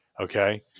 Okay